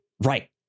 right